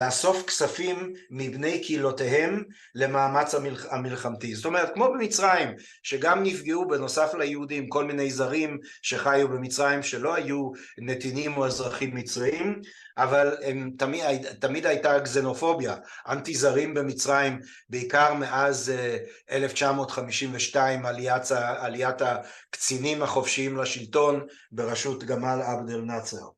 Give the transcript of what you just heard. לאסוף כספים מבני קהילותיהם למאמץ המלחמתי, זאת אומרת כמו במצרים שגם נפגעו בנוסף ליהודים כל מיני זרים שחיו במצרים שלא היו נתינים או אזרחים מצריים אבל תמיד הייתה קסינופוביה, אנטי זרים במצרים בעיקר מאז 1952 עליית הקצינים החופשיים לשלטון בראשות גמאל עבד אל נאצר